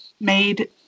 made